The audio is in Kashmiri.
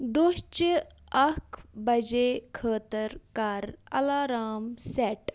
دۄہچہِ اَکھ بَجے خٲطرٕ کَر اَلارام سٮ۪ٹ